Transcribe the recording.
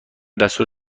دستور